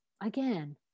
Again